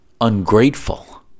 ungrateful